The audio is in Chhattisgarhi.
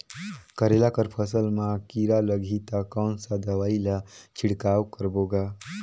करेला कर फसल मा कीरा लगही ता कौन सा दवाई ला छिड़काव करबो गा?